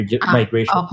migration